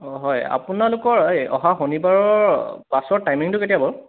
অঁ হয় আপোনালোকৰ এই অহা শনিবাৰৰ বাছৰ টাইমিংটো কেতিয়া বাৰু